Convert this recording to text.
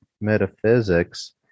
metaphysics